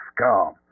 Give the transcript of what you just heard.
scum